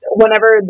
whenever